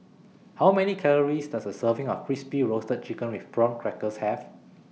How Many Calories Does A Serving of Crispy Roasted Chicken with Prawn Crackers Have